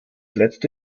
letzte